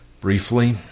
briefly